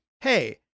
hey